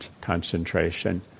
concentration